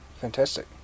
fantastic